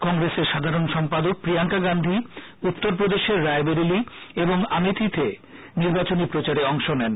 কংগ্রেসের সাধারণ সম্পাদক প্রিয়াঙ্কা গান্ধী উত্তর প্রদেশের রায়বেরেলি এবং আমেখিতে নির্বাচনী প্রচারে অংশ নেন